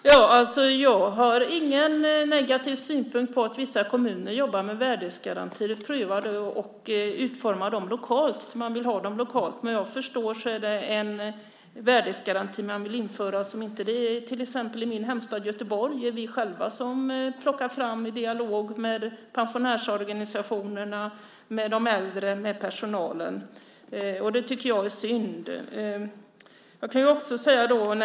Herr talman! Jag har ingen negativ synpunkt på att vissa kommuner jobbar med värdighetsgarantier och provar att utforma sådana lokalt på det sätt som man vill ha dem. Men vad jag förstår är det en annan värdighetsgaranti som man vill införa, och det tycker jag är synd. I min hemstad Göteborg är det till exempel vi själva som plockar fram det här i dialog med pensionärsorganisationerna, med de äldre och med personalen.